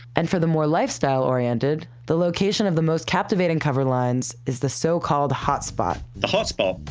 and for the more lifestyle-oriented, the location of the most captivating cover lines is the so-called hot spot. the hot spot,